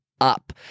up